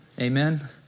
...amen